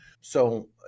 So-